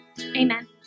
Amen